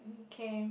okay